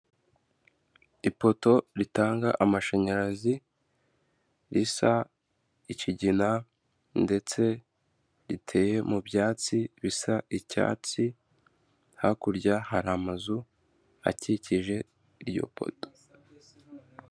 Ipoto ritanga amashanyarazi risa ikigina ndetse riteye mu byatsi bisa icyatsi, hakurya hari amazu akikije iryo poto.